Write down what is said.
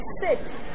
sit